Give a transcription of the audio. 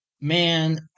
Man